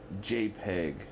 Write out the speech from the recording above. JPEG